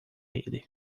ele